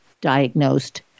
diagnosed